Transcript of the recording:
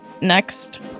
Next